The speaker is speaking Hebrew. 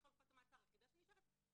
שהיא חלופת המעצר היחידה שנשארת,